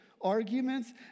arguments